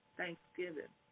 thanksgiving